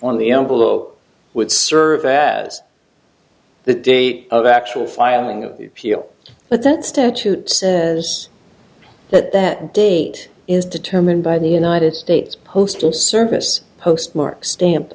on the envelope would serve as the date of actual filing of the appeal but that statute says that that date is determined by the united states postal service postmark stamp